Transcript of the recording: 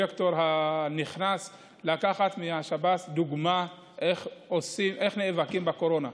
לפרויקטור הנכנס לקחת דוגמה מהשב"ס איך נאבקים בקורונה.